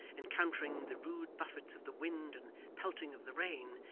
encountering the rude buffets of the wind and pelting of the rain,